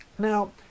Now